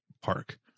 park